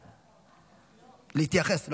להתייחס.